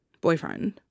boyfriend